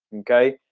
okay?